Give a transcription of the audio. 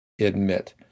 admit